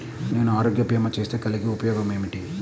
నేను ఆరోగ్య భీమా చేస్తే కలిగే ఉపయోగమేమిటీ?